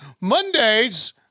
Mondays